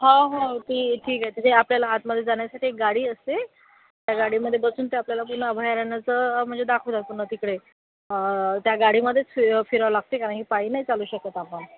हो हो ठी ठीक आहे तिथे आपल्याला आतमध्ये जाण्यासाठी एक गाडी असते त्या गाडीमध्ये बसून ते आपल्याला पूर्ण अभयारण्याचं म्हणजे दाखवतात पूर्ण तिकडे त्या गाडीमध्येच फि फिरावं लागते कारण की पायी नाही चालू शकत आपण